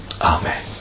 Amen